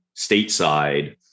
stateside